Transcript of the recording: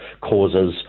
causes